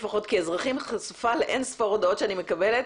כאזרחית חשופה לאין ספור הודעות שאני מקבלת,